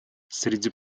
среди